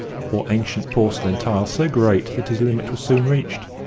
or ancient porcelain tile so great that his limit was soon reached,